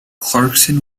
clarkson